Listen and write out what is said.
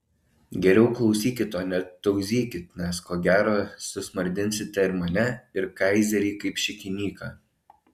geriau klausykit o ne tauzykit nes ko gero susmardinsite ir mane ir kaizerį kaip šikinyką